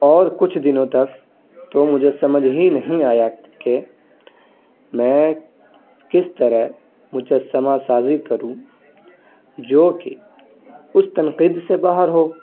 اور کچھ دنوں تک تو مجھے سمجھ ہی نہیں آیا کہ میں کس طرح مجسمہ سازی کروں جوکہ اس تنقید سے باہر ہو